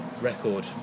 record